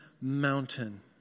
mountain